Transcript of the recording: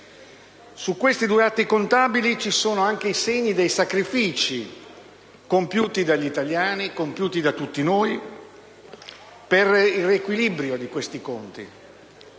Su questi due atti contabili ci sono anche i segni dei sacrifici compiuti dagli italiani, da tutti noi, per il riequilibrio di questi conti